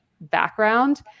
background